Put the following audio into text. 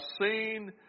seen